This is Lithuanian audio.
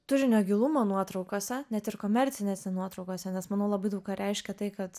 turinio gilumą nuotraukose net ir komercinėse nuotraukose nes manau labai daug ką reiškia tai kad